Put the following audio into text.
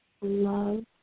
Love